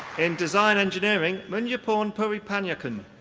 in design engineering, munyaporn pooripanyakun.